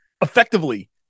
effectively